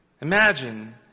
Imagine